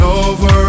over